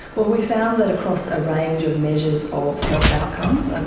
well, we found that across a range of measures of health outcomes. ah